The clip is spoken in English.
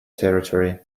territory